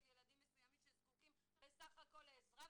ילדים מסוימים שזקוקים בסך הכול לעזרה,